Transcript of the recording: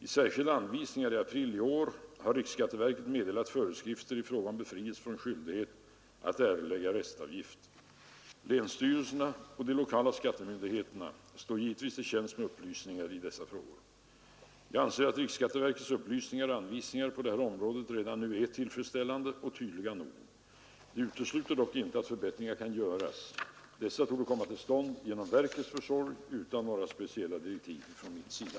I särskilda anvisningar i april i år har riksskatteverket meddelat föreskrifter i fråga om befrielse från skyldighet att erlägga restavgift. Länsstyrelserna och de lokala skattemyndigheterna står givetvis till tjänst med upplysningar i dessa frågor. Jag anser att riksskatteverkets upplysningar och anvisningar på detta område redan nu är tillfredsställande och tydliga nog. Detta utesluter dock inte att förbättringar kan göras. Dessa torde komma till stånd genom verkets försorg utan direktiv från min sida.